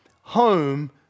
Home